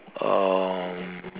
um